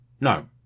No